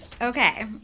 Okay